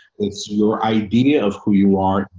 it's your idea of who you are,